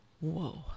whoa